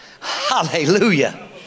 Hallelujah